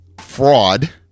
fraud